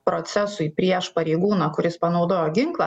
procesui prieš pareigūną kuris panaudojo ginklą